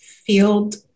field